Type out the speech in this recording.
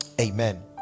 Amen